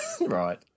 Right